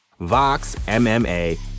VOXMMA